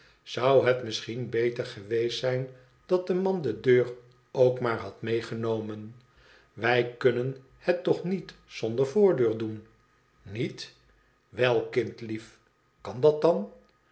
zou het misschien beter geweest zijn dat de man de deur ook maar had meegenomen wij kunnen het toch niet zonder voordeur doen niet wel kindlief kan dat dan